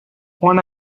one